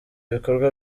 ibikorwa